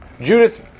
Judith